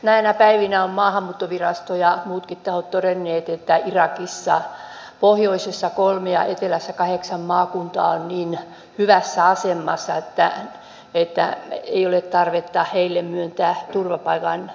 näinä päivinä ovat maahanmuuttovirasto ja muutkin tahot todenneet että irakissa pohjoisessa kolme ja etelässä kahdeksan maakuntaa ovat niin hyvässä asemassa että ei ole tarvetta heille myöntää turvapaikkaa